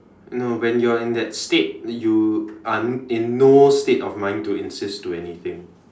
no when you're in that state you are in no state of mind to insist to anything